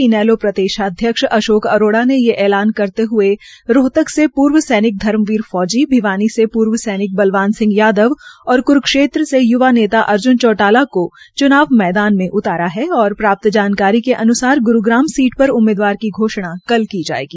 इनैले प्रदेशाध्यक्ष अशोक अरोड़ा ने ये ऐलान करते हुये रोहतक से पूर्व सैनिक धर्मवीर फौजी भिवानी से पूर्व सैनिक बलवान सिंह यादव और क्रूक्षेत्र से य्वा नेता अर्ज्न चौटाला को चुनाव में उतारा है और प्राप्त जानकारी के अनुसार गुरूग्राम सीट पर उम्मीदवार की घोषणा कल की जायेगी